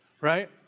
right